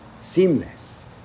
seamless